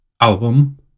album